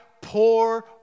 poor